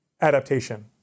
adaptation